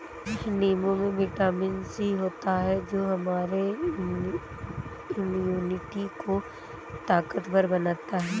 नींबू में vitamin C होता है जो हमारे इम्यूनिटी को ताकतवर बनाता है